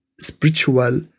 spiritual